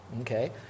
Okay